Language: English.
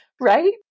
right